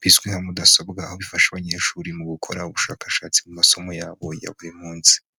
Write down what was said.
bizwi nka mudasobwa aho bifasha abanyeshuri mu gukora ubushakashatsi mu masomo yabo ya buri munsi.